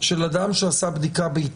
של אדם שעשה בדיקה ביתית.